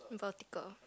vertical